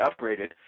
upgraded